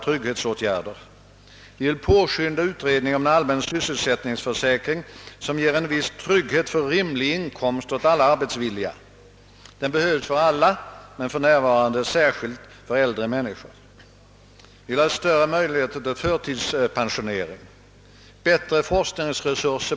Det har dementerats dels genom motionernas innehåll och dels av herr Hedlunds mycket emfatiska uttalande till pressen även den socialdemokratiska. Det har sedan tillrättalagts genom uttalanden av mig själv i TT-referat.